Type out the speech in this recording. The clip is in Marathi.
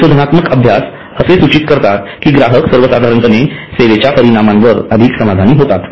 संशोधनात्मक अभ्यास असे सूचित करतात की ग्राहक सर्वसाधारणपणे सेवेच्या परिणामांवर अधिक समाधानी होतात